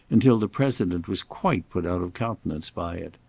until the president was quite put out of countenance by it.